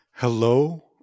Hello